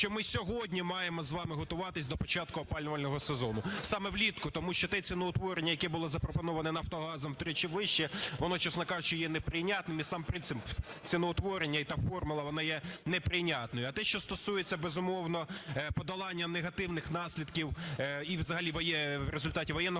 що ми сьогодні маємо з вами готуватись до початку опалювального сезону, саме влітку, тому що те ціноутворення, яке було запропоноване Нафтогазом втричі вище, воно, чесно кажучи, є неприйнятним, і сам принцип ціноутворення і та формула вона є неприйнятною. А те, що стосується, безумовно, подолання негативних наслідків і взагалі результатів воєнного